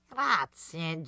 Grazie